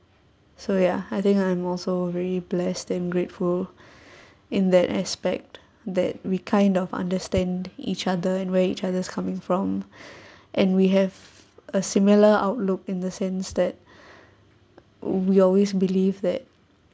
so ya I think I am also very blessed and grateful in that aspect that we kind of understand each other and where each other's coming from and we have a similar outlook in the sense that we always believed that